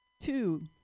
Two